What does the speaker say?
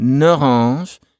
orange